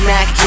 Mac